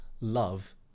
love